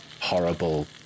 horrible